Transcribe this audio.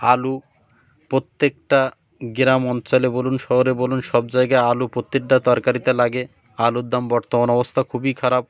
আলু প্রত্যেকটা গ্রাম অঞ্চলে বলুন শহরে বলুন সব জায়গায় আলু প্রত্যেকটা তরকারিতে লাগে আলুর দাম বর্তমান অবস্থা খুবই খারাপ